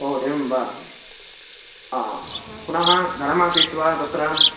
ओ एवं वा पुनः धनमासीत् वा तत्र